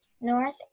North